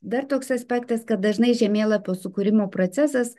dar toks aspektas kad dažnai žemėlapio sukūrimo procesas